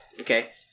Okay